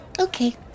Okay